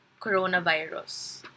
coronavirus